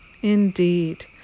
Indeed